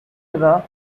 river